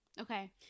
Okay